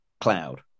cloud